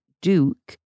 Duke